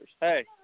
Hey